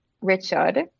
Richard